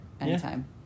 Anytime